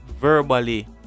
verbally